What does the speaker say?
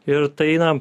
ir tai tai na